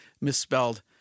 misspelled